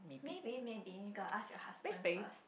maybe maybe go ask your husband first